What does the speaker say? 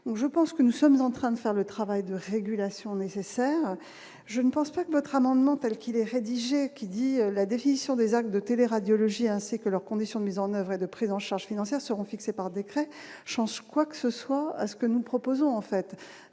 je pense que nous sommes en train de faire le travail de régulation nécessaire, je ne pense pas que votre amendement telle qu'il est rédigé, qui dit : la définition des actes de télé radiologie ainsi que leurs conditions de mise en oeuvre et de prise en charge financière seront fixées par décret chance quoi que ce soit ce que nous proposons, en fait,